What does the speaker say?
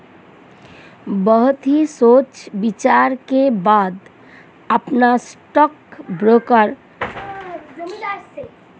बहुत ही सोच विचार के बाद अपना स्टॉक ब्रोकर चुनना चाहिए